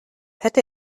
hätte